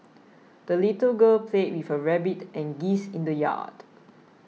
the little girl played with her rabbit and geese in the yard